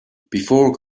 before